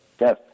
yes